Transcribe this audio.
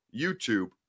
YouTube